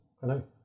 Hello